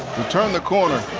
turn the corner.